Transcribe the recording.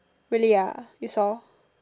really ah you saw